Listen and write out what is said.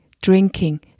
drinking